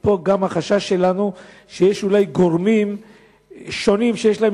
פה גם חשש שלנו שיש אולי גורמים שונים שיש להם